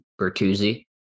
Bertuzzi